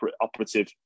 operative